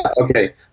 Okay